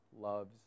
loves